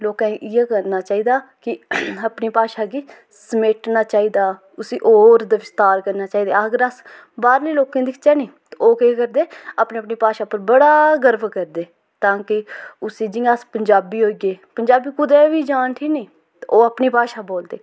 लोकें गी इ'यै करना चाहिदा कि अपनी भाशा गी समेटना चाहिदा उसी होर ओह्दा बिस्तार करना चाहि्दा अगर अस बाह्र ने लोकें गी दिक्खचै नी ते ओह् केह् करदे अपनी अपनी भाशा बड़ा गर्व करदे तां कि उसी जियां अस पंजाबी होई गे पंजाबी कुदै बी जान उठी न ओह् अपनी भाशा बोलदे